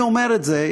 אני אומר את זה,